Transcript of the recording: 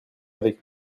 avec